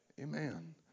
Amen